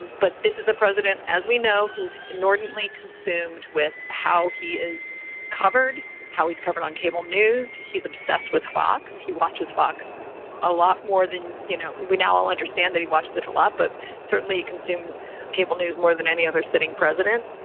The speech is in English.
but this is a president, as we know, who is inordinately consumed with how he is covered, how he's covered on cable news. he's obsessed with fox. he watches fox a lot more than, you know, we now all understand that he watched that a lot, but certainly consumes cable news more than any other sitting president.